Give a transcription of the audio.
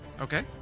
Okay